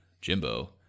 Jimbo